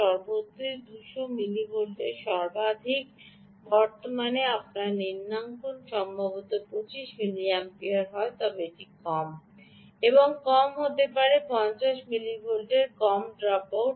স্পষ্টতই এই 200 মিলিভোল্টস সর্বাধিক বর্তমান এ আপনার নিম্নাঙ্কন সম্ভবত 25 মিলিঅ্যাম্পিয়ার হয় তবে এটি কম এবং কম হতে পারে 50 মিলিভোল্ট কম ড্রপআউট